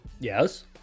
Yes